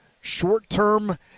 short-term